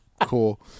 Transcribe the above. Cool